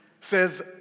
says